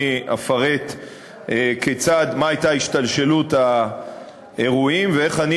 אני אפרט כיצד ומה הייתה השתלשלות האירועים ואיך אני